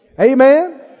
Amen